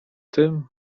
tym